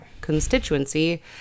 constituency